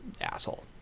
asshole